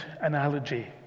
analogy